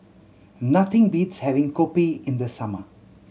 nothing beats having kopi in the summer